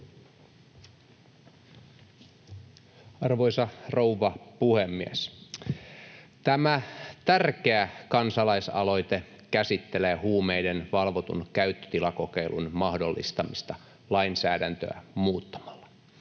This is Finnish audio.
Arvoisa rouva puhemies! Tämä tärkeä kansalaisaloite käsittelee huumeiden valvotun käyttötilakokeilun mahdollistamista lainsäädäntöä muuttamalla.